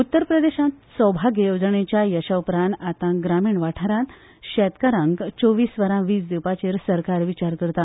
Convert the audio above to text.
उत्तर प्रदेशांत सौभाग्य येवजणेच्या यशा उपरांत आनी ग्रामीण वाठारांत शेतकारांक चोवीस वरां वीज दिवपाचेर सरकार विचार करता